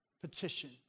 petition